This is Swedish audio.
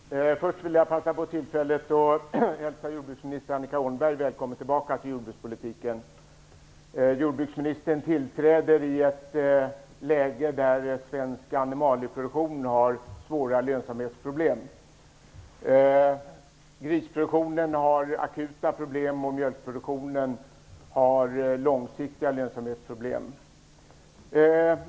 Herr talman! Först vill jag ta tillfället i akt att hälsa jordbruksminister Annika Åhnberg välkommen tillbaka till jordbrukspolitiken. Jordbruksministern tillträder i ett läge då den svenska animalieproduktionen har svåra lönsamhetsproblem. Grisproduktionen har akuta problem, och mjölkproduktionen har långsiktiga lönsamhetsproblem.